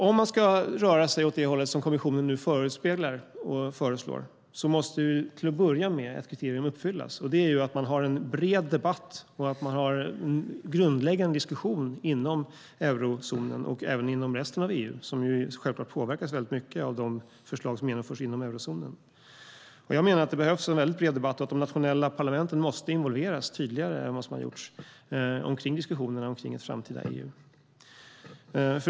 Om man ska röra sig åt det håll som kommissionen nu förespeglar och föreslår måste till att börja med ett kriterium uppfyllas. Det är att man har en bred debatt och en grundläggande diskussion inom eurozonen och även inom resten av EU, som självklart påverkas mycket av de förslag som genomförs inom eurozonen. Jag menar att det behövs en bred debatt och att de nationella parlamenten måste involveras tidigare än vad som har gjorts i diskussionerna om ett framtida EU.